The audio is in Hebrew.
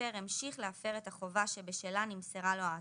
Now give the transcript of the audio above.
והמפר המשיך להפר את החובה שבשלה נמסר לו ההתראה,